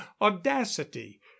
audacity